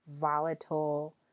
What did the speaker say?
volatile